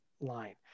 line